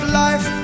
life